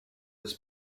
his